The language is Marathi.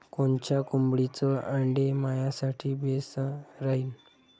कोनच्या कोंबडीचं आंडे मायासाठी बेस राहीन?